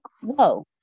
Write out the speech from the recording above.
whoa